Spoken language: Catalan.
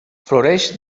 floreix